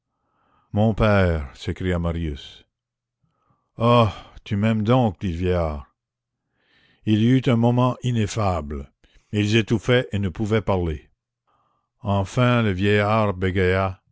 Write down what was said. mon père s'écria marius ah tu m'aimes donc dit le vieillard il y eut un moment ineffable ils étouffaient et ne pouvaient parler enfin le vieillard